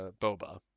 Boba